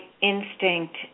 instinct